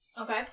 Okay